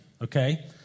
okay